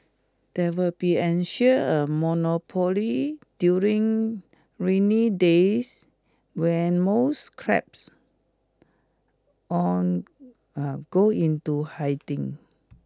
there will be ensure a monopoly during rainy days when most crabs on a go into hiding